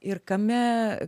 ir kame